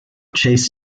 chase